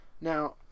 Now